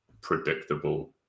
predictable